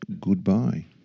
goodbye